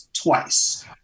twice